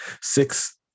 six